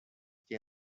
que